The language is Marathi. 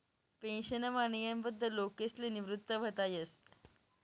पेन्शनमा नियमबद्ध लोकसले निवृत व्हता येस